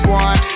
one